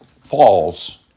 falls